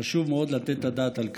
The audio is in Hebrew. חשוב מאוד לתת את הדעת על כך.